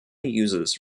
uses